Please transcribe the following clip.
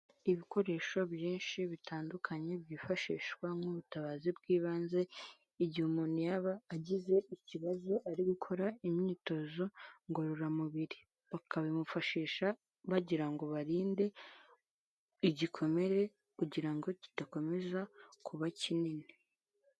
Ibikoresho byinshi bitandukanye byifashishwa nk'ubutabazi bw'ibanze igihe umuntu yaba agize ikibazo ari gukora imyitozo ngororamubiri, bakabimufashisha bagira ngo barinde igikomere kugira ngo kidakomeza kuba kinini.